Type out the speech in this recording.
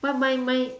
but my my